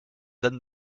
than